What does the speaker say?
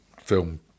film